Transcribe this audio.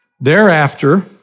Thereafter